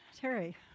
Terry